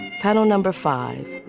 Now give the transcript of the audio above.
panel number five